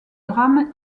drame